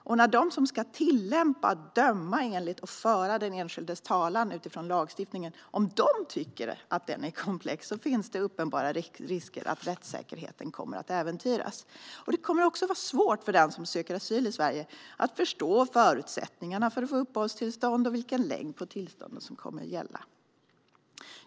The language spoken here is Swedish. Om de som ska tillämpa lagstiftningen, döma enligt lagstiftningen och föra den enskildes talan utifrån lagstiftningen tycker att den är komplex finns det uppenbara risker att rättssäkerheten kommer att äventyras. Det kommer också att vara svårt för den som söker asyl i Sverige att förstå förutsättningarna för att få uppehållstillstånd och förstå vilken längd på tillstånden som kommer att gälla.